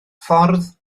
ffordd